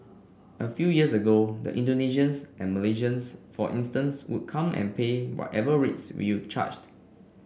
a few years ago the Indonesians and Malaysians for instance would come and pay whatever rates we'll charged